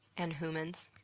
and hoomans.